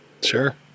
Sure